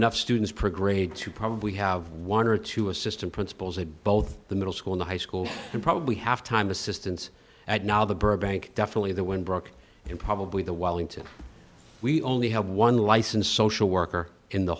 enough students per grade to probably have one or two assistant principals at both the middle school in the high school and probably half time assistance at now the burbank definitely the wind broke and probably the wiling to we only have one license social worker in the